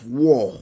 war